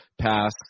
pass